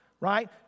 right